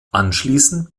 anschließend